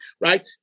right